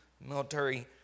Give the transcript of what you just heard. military